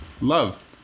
Love